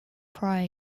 prior